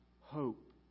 hope